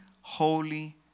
holy